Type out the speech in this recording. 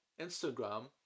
Instagram